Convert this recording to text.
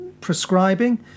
prescribing